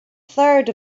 third